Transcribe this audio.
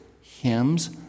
hymns